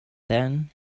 then